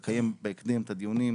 אם נקיים בהקדם את הדיונים,